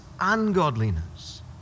ungodliness